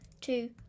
two